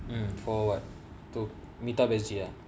mm for what to meethabajiya